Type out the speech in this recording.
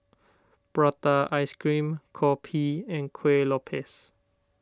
Prata Ice Cream Kopi and Kuih Lopes